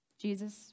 Jesus